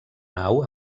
nau